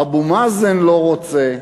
אבו מאזן לא רוצה,